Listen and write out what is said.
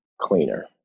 cleaner